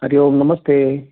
हरिः ओम् नमस्ते